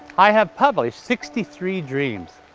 i have published sixty three dreams.